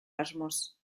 asmoz